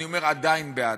אני אומר: עדיין בעד,